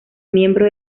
miembro